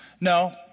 No